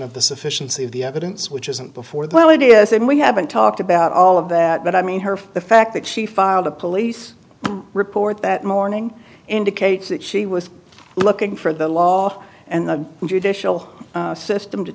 of the sufficiency of the evidence which isn't before the ideas then we haven't talked about all of that but i mean her the fact that she filed a police report that morning indicates that she was looking for the law and the judicial system to